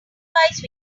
sacrifice